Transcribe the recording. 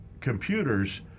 computers